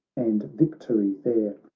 and victory there.